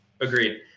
Agreed